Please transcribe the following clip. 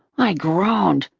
i groaned.